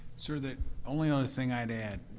sir, the only other thing i'd add,